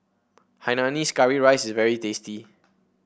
Hainanese Curry Rice is very tasty